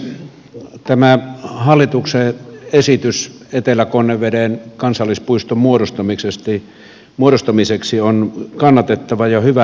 tämä hallituksen esitys etelä konneveden kansallispuiston muodostamiseksi on kannatettava ja hyvä